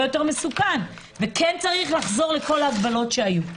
יותר מסוכן וכן צריך לחזור לכל ההגבלות שהיו.